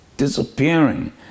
disappearing